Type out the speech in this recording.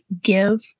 give